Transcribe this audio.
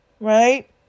right